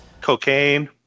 cocaine